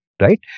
right